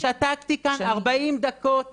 שני --- אני שתקתי כאן 40 דקות,